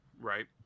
Right